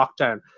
lockdown